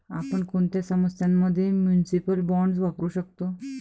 आपण कोणत्या समस्यां मध्ये म्युनिसिपल बॉण्ड्स वापरू शकतो?